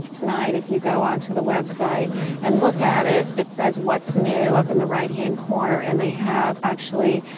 tonight if you go onto the website and look at it, it says what's new up in the right-hand corner and they have actually